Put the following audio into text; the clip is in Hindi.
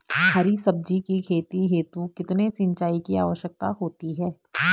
हरी सब्जी की खेती हेतु कितने सिंचाई की आवश्यकता होती है?